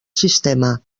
sistema